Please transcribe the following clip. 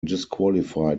disqualified